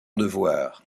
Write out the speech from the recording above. devoir